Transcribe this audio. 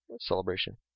celebration